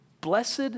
Blessed